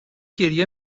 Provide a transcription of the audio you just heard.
گریه